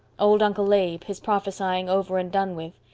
old uncle abe, his prophesying over and done with,